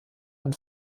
und